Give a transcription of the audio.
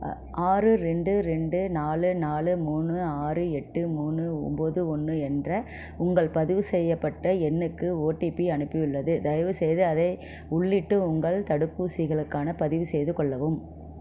ஆறு ரெண்டு ரெண்டு நாலு நாலு மூணு ஆறு எட்டு மூணு ஒம்பது ஒன்று என்ற உங்கள் பதிவு செய்யப்பட்ட எண்ணுக்கு ஓடிபி அனுப்பியுள்ளது தயவுசெய்து அதை உள்ளிட்டு உங்கள் தடுப்பூசிகளுக்கானப் பதிவுசெய்து கொள்ளவும்